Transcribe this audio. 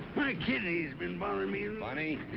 my kidney's been bothering me. and bunny.